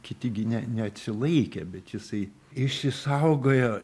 kiti gi ne neatsilaikė bet jisai išsisaugojo